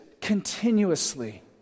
continuously